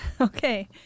Okay